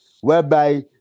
whereby